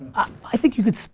i think you could,